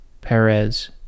Perez